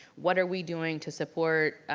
what are we doing to support